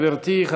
תודה, גברתי.